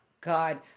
God